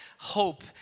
Hope